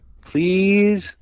Please